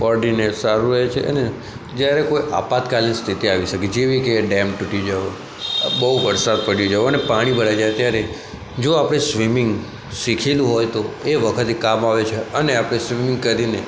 બૉડીને સારું રહે છે અને જયારે કોઈ આપાતકાલીન સ્થિતિ આવી શકે જેવી કે ડૅમ તૂટી જવો બહુ વરસાદ પડી જવો અને પાણી ભરાઈ જાય ત્યારે જો આપણે સ્વિમિંગ શીખેલું હોય તો એ વખતે કામ આવે છે અને આપણે સ્વિમિંગ કરીને